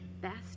best